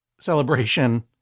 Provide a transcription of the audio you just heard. celebration